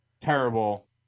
terrible